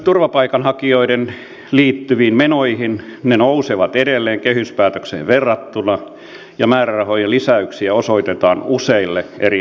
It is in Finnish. myös turvapaikanhakijoihin liittyvät menot nousevat edelleen kehyspäätökseen verrattuna ja määrärahojen lisäyksiä osoitetaan useille eri hallinnonaloille